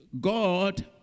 god